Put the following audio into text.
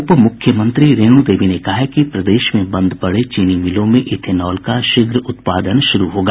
उपमुख्यमंत्री रेणू देवी ने कहा है कि प्रदेश में बंद पड़े चीनी मिलों में इथेनॉल शीघ्र का उत्पादन शुरू होगा